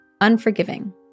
unforgiving